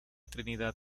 trinidad